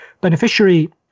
beneficiary